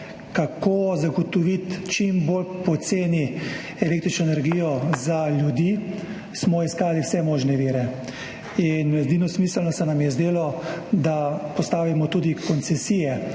kako zagotoviti čim bolj poceni električno energijo za ljudi, smo iskali vse možne vire. In edino smiselno se nam je zdelo, da postavimo tudi koncesije,